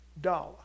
dollar